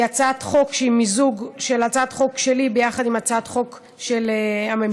היא מיזוג של הצעת חוק שלי ושל הצעת חוק של הממשלה,